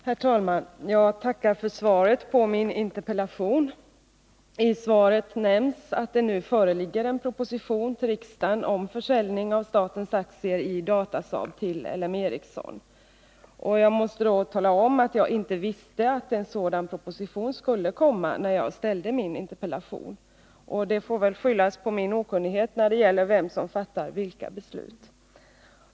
Herr talman! Jag tackar för svaret på min interpellation. I svaret nämns att det nu föreligger en proposition till riksdagen om försäljning av statens aktier i Datasaab till L M Ericsson. Jag måste tala om att jag inte visste att en sådan proposition skulle läggas fram när jag framställde min interpellation — det får väl skyllas på min okunnighet när det gäller vem som fattar vilka beslut.